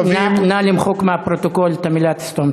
בחוץ, מיקי.